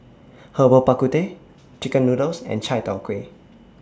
Herbal Bak Ku Teh Chicken Noodles and Chai Tow Kway